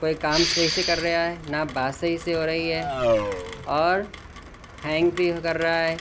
کوئی کام صحیح سے کر رہا ہے نہ بات صحیح سے ہو رہی ہے اور ہینگ بھی ہو کر رہا ہے